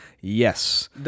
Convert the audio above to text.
Yes